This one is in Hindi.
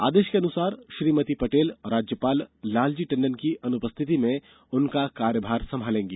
आदेश के अनुसार श्रीमति पटेल राज्यपाल लालजी टंडन की अनुपस्थिति में उनका कार्यभार संभालेंगी